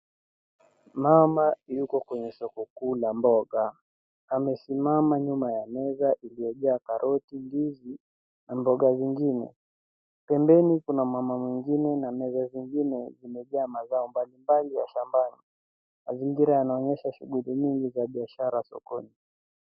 Mama yuko kwenye soko kuu la mboga. Amesimama nyuma ya meza iliyojaa karoti, ndizi na mboga zingine. Pembeni kuna mama mwengine na meza zingine zimejaa mazao mbali mbali ya shambani. Mazingira yanaonyesha shughuli nyingi za biashara sokoni.